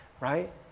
right